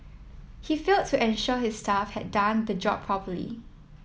he failed to ensure his staff had done the job properly